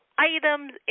items